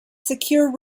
secure